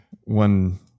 one